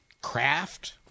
craft